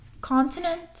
continent